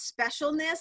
specialness